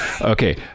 okay